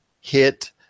hit